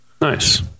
nice